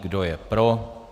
Kdo je pro?